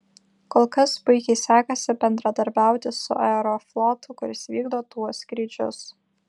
kol kas puikiai sekasi bendradarbiauti su aeroflotu kuris vykdo tuos skrydžius